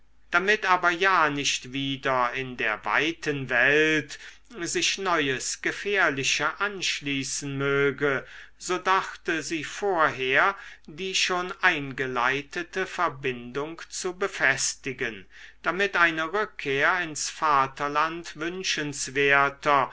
damit aber ja nicht wieder in der weiten welt sich neues gefährliche anschließen möge so dachte sie vorher die schon eingeleitete verbindung zu befestigen damit eine rückkehr ins vaterland wünschenswerter